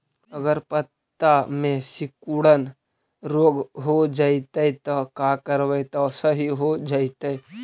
अगर पत्ता में सिकुड़न रोग हो जैतै त का करबै त सहि हो जैतै?